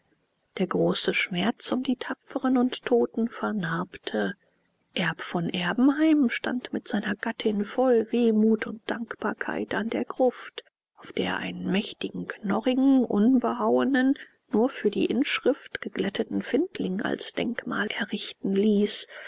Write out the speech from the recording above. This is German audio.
der große schmerz um die tapferen und toten vernarbte erb von erbenheim stand mit seiner gattin voll wehmut und dankbarkeit an der gruft auf der er einen mächtigen knorrigen unbehauenen nur für die inschrift geglätteten findling als denkmal errichten ließ